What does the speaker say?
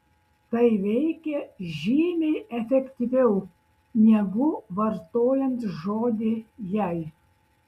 tai veikia žymiai efektyviau negu vartojant žodį jei